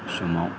समाव